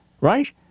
right